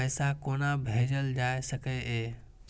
पैसा कोना भैजल जाय सके ये